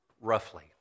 roughly